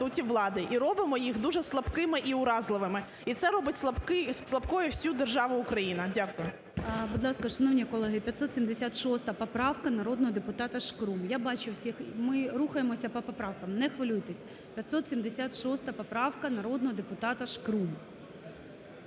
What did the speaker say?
влади і робимо їх дуже слабкими і уразливими і це робить слабкою всю державу Україна. Дякую. ГОЛОВУЮЧИЙ. Будь ласка, шановні колеги, 576 поправка народного депутата Шкрум. Я бачу всіх, ми рухаємося по поправкам, не хвилюйтесь. 576 поправка народного депутата Шкрум.